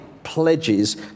pledges